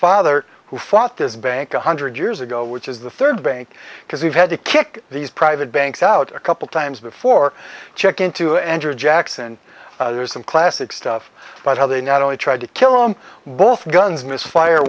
father who fought this bank one hundred years ago which is the third bank because we've had to kick these private banks out a couple times before check into andrew jackson and there's some classic stuff about how they not only tried to kill him both guns misfire